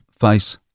face